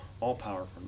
all-powerful